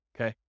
Okay